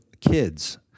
kids